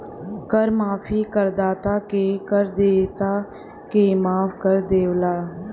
कर माफी करदाता क कर देयता के माफ कर देवला